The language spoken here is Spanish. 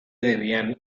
debían